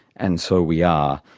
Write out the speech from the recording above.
and so we are,